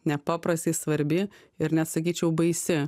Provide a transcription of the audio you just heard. nepaprastai svarbi ir net sakyčiau baisi